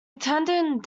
attended